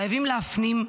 חייבים להפנים,